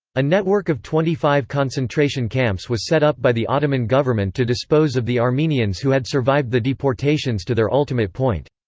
a network of twenty five concentration camps was set up by the ottoman government to dispose of the armenians who had survived the deportations to their ultimate point.